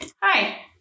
Hi